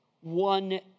one